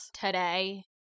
today